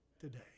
today